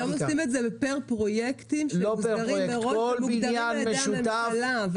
היום עושים את זה פר פרויקטים שמוגדרים על ידי הממשלה.